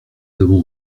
avons